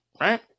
right